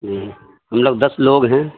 ہم لوگ دس لوگ ہیں